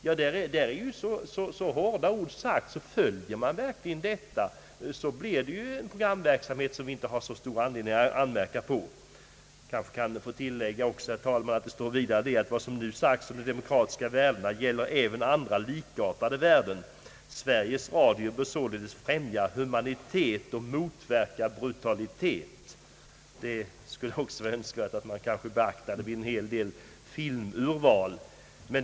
Vi har här så klara och bestämda regler, att om vi följer dessa måste programverksamheten bli sådan att man inte får stor anledning att anmärka på den. Kanske jag också skall tillägga, herr talman, att vad som nu sagts om de demokratiska värdena även gäller andra likartade värden. Sveriges Radio bör således främja humanitet och motverka brutalitet. Det vore kanske önskvärt att man beaktade detta vid en hel del val av filmer.